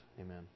Amen